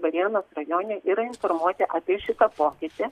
varėnos rajone yra informuoti apie šitą pokytį